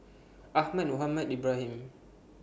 Ahmad Mohamed Ibrahim